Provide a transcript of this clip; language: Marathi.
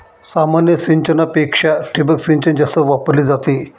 सामान्य सिंचनापेक्षा ठिबक सिंचन जास्त वापरली जाते